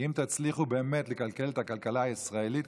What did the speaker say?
אם תצליחו באמת לקלקל את הכלכלה הישראלית,